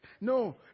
No